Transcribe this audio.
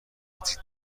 نزدیک